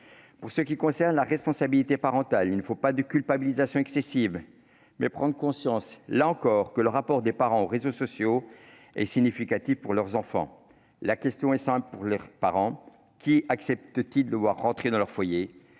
Pour ce qui concerne la responsabilité parentale, il faut se garder des culpabilisations excessives. Il faut prendre conscience, là encore, que le rapport des parents aux réseaux sociaux est significatif pour leurs enfants. Pour les parents, la question est simple : qui acceptent-ils de voir entrer dans leur foyer ?